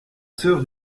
soeur